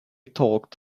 talked